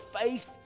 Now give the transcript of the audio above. faith